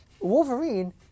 Wolverine